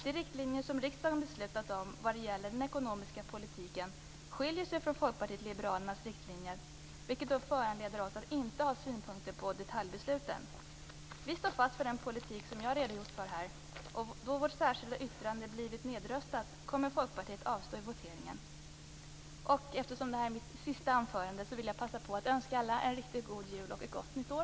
De riktlinjer som riksdagen har beslutat om vad gäller den ekonomiska politiken skiljer sig från Folkpartiet liberalernas riktlinjer, vilket föranleder oss att inte ha synpunkter på detaljbesluten. Vi står fast vid den politik som jag har redogjort för här. Då vår politik, som framgår av vårt särskilda yttrande, blivit nedröstad kommer Folkpartiet att avstå från att rösta i voteringen. Eftersom detta är mitt sista anförande vill jag passa på att önska alla en riktigt god jul och ett gott nytt år.